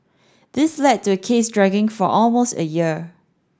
this led to the case dragging for almost a year